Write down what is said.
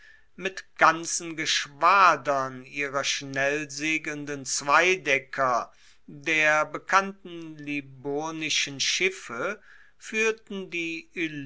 mit ganzen geschwadern ihrer schnellsegelnden zweidecker der bekannten liburnischen schiffe fuehrten die